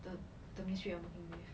the the ministry I'm working with